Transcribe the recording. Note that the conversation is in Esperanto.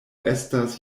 estas